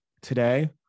Today